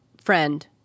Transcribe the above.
friend